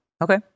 Okay